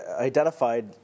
identified